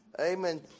Amen